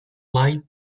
light